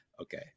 Okay